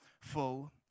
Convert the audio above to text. full